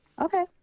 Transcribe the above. Okay